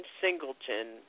Singleton